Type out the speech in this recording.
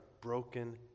broken